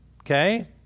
okay